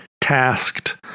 tasked